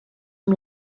amb